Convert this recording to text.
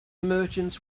merchants